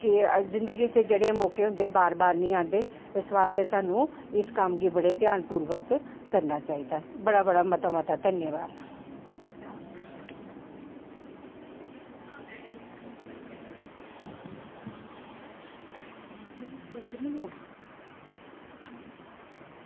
ते जिंदगी च जेह्ड़े मौके होंदे ओह् बार बार निं औंदे ते इस बास्तै स्हानू इस कम्म गी बड़े ध्यानपूर्वक करना चाहिदा बड़ा बड़ा धन्यबाद